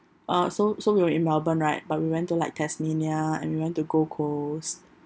uh so so you're in melbourne right but we went to like tasmania and we went to gold coast